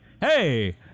hey